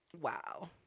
Wow